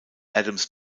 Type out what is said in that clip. adams